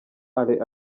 alain